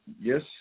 Yes